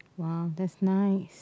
!wow! that's nice